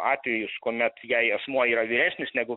atvejus kuomet jei asmuo yra vyresnis negu